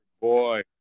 boy